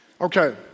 Okay